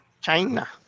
China